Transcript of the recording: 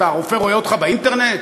הרופא רואה אותך באינטרנט?